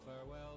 farewell